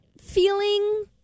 Feeling